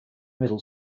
middle